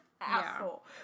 asshole